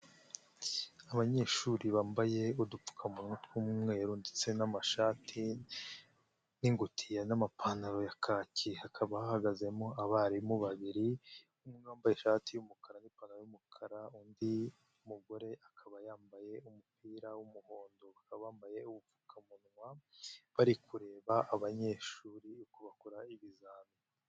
Abanyeshuri bambaye udupfukamunwa tw'umweru ndetse n'amashati n'ingutiya n'amapantaro ya kaki, hakaba hahagazemo abarimu babiri: uwambaye ishati y'umukara n'ipantaro y'umukara, undi mugore akaba yambaye umupira w'umuhondo, bambaye ubupfukamunwa, bari kureba abanyeshuri uko bakora ibizami.